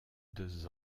deux